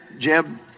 Jeb